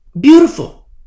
beautiful